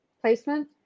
placement